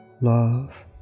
love